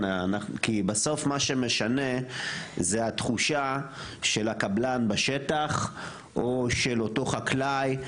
בסוף מה שמשנה זה התחושה של הקבלן בשטח או של אותו חקלאי.